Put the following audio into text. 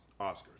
Oscars